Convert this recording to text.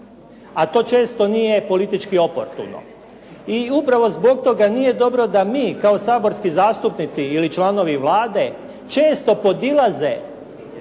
A to često nije politički oportuno. I upravo zbog toga nije dobro da mi kao saborski zastupnici ili članovi Vlade često podilaze